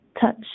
Touch